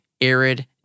arid